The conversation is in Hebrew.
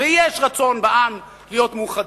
ויש רצון בעם להיות מאוחדים,